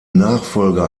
nachfolger